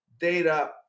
data